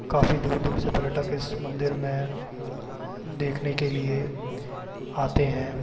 काफ़ी दूर दूर से पर्यटक इस मंदिर में देखने के लिए आते है